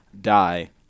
die